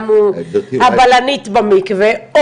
או הבלנית במקווה,